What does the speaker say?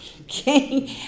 okay